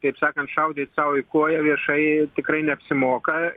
kaip sakant šaudyt sau į koją viešai tikrai neapsimoka